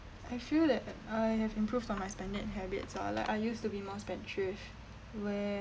I feel that I have improved on my spending habits ah like I used to be more spendthrift where